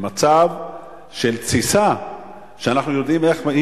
למצב של תסיסה שאנחנו יודעים איך היא